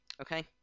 Okay